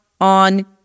on